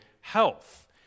health